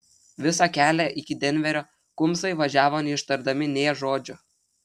visą kelią iki denverio kumbsai važiavo neištardami nė žodžio